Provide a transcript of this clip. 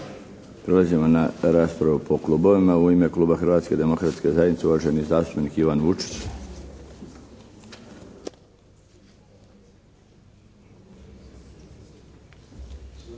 Prelazimo na raspravu po klubovima. U ime kluba Hrvatske demokratske zajednice uvaženi zastupnik Ivan Vučić. **Vučić, Ivan